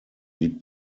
liegt